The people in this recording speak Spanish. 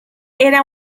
era